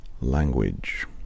language